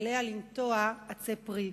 עליה לנטוע עצי פרי,